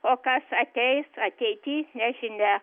o kas ateis ateity nežinia